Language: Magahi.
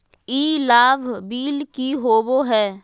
ई लाभ बिल की होबो हैं?